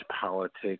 politics